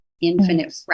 infinite